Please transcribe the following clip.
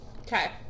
Okay